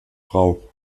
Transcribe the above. frau